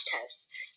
test